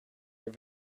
your